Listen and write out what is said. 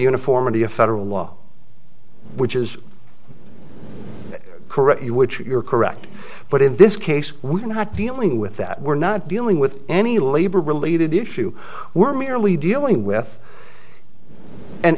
uniformity of federal law which is correct you which you're correct but in this case we're not dealing with that we're not dealing with any labor related issue we're merely dealing with an